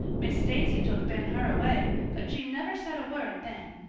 miss stacy took ben hur away, but she never said a word then.